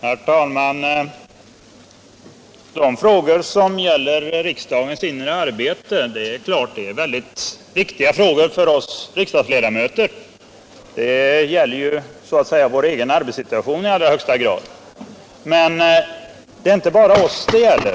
Herr talman! De frågor som gäller riksdagens inre arbete är givetvis väldigt viktiga frågor för oss riksdagsledamöter. Det gäller ju så att säga vår egen arbetssituation i allra högsta grad. Men det är inte bara oss det gäller.